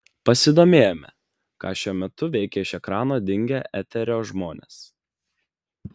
pasidomėjome ką šiuo metu veikia iš ekrano dingę eterio žmonės